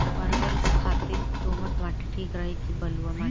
परवल खातिर दोमट माटी ठीक रही कि बलुआ माटी?